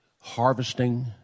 harvesting